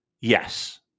yes